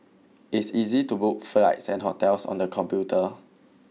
it's easy to book flights and hotels on the computer